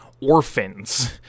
orphans